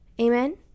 Amen